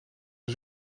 aan